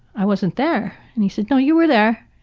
i wasn't there. and, he said, no, you were there.